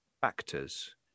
factors